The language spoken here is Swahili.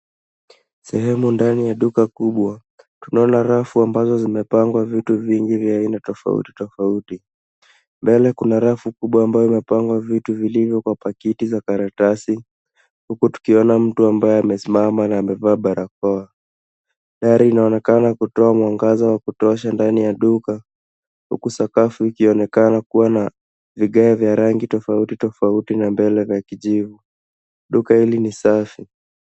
Sehemu ndani ya duka kubwa. Tunaona rafu ambazo zimepangwa vitu vingi vya aina tofautitofauti. Mbele kuna rafu kubwa ambayo imepangwa vitu vilivyo kwa pakiti za karatasi huku tukiona mtu ambaye amesimama na amevaa barakoa. Dari inaonekana kutoa mwangaza wa kutosha ndani ya duka huku sakafu ikionekana kuwa na vigae vya rangi tofautitofauti na mbele za kijivu. Duka hili ni safi.